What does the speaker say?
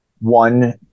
one